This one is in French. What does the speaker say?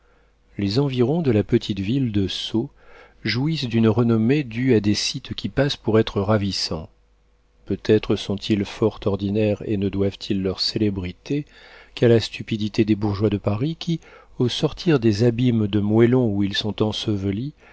les environs de la petite ville de sceaux jouissent d'une renommée due à des sites qui passent pour être ravissants peut-être sont-ils fort ordinaires et ne doivent-ils leur célébrité qu'à la stupidité des bourgeois de paris qui au sortir des abîmes de moellon où ils sont ensevelis